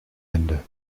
ende